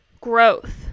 growth